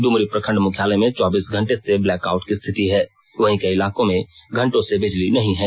डुमरी प्रखंड मुख्यालय में चौबीस घंटे से ब्लैकआउट की स्थिति है वहीं कई इलाकों में घंटों से बिजली नहीं है